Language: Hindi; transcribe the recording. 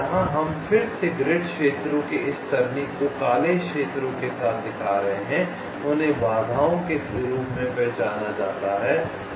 जहां हम फिर से ग्रिड क्षेत्रों के इस सरणी को काले क्षेत्रों के साथ दिखा रहे हैं उन्हें बाधाओं के रूप में पहचाना जाता है